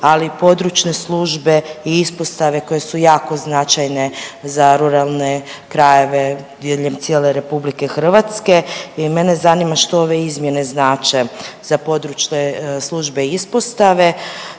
ali i područne službe i ispostave koje su jako značajne za ruralne krajeve diljem cijele Republike Hrvatske. I mene zanima što ove izmjene znače za područne službe i ispostave.